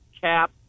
cap